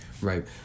right